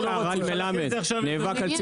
היו שני אנשים שנאבקו על צמצום המסגרות.